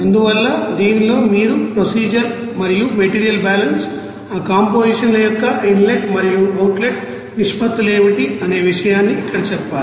అందువల్ల దీనిలో మీరు ప్రొసీజర్ మరియు మెటీరియల్ బ్యాలెన్స్ ఆ కంపోజిషన్ ల యొక్క ఇన్ లెట్ మరియు అవుట్ లెట్ నిష్పత్తులు ఏమిటి అనే విషయాన్ని ఇక్కడ చెప్పాలి